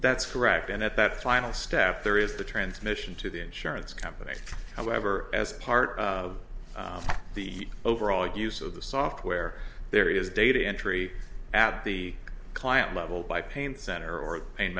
that's correct and at that final step there is the transmission to the insurance company however as part of the overall use of the software there is data entry at the client leveled i pain center or pain